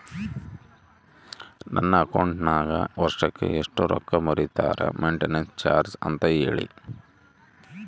ನನ್ನ ಅಕೌಂಟಿನಾಗ ವರ್ಷಕ್ಕ ಎಷ್ಟು ರೊಕ್ಕ ಮುರಿತಾರ ಮೆಂಟೇನೆನ್ಸ್ ಚಾರ್ಜ್ ಅಂತ ಹೇಳಿ?